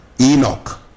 Enoch